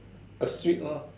a sweet lah